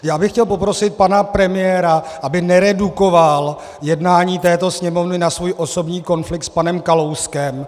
Já bych chtěl poprosit pana premiéra, aby neredukoval jednání této Sněmovny na svůj osobní konflikt s panem Kalouskem.